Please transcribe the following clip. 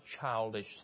childish